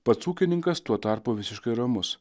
pats ūkininkas tuo tarpu visiškai ramus